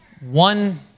one